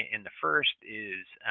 and the first is